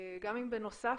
גם אם בנוסף.